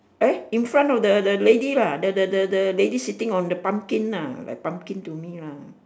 eh in front of the the lady lah the the the the lady sitting on the pumpkin ah like pumpkin to me lah